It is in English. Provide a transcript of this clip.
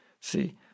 See